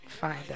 find